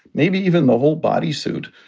maybe even the whole body suit,